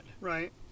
Right